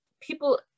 people